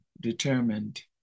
determined